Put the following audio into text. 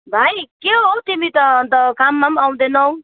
भाइ के हो तिमी त अन्त काममा पनि आउँदैनौ